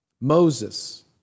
Moses